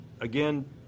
again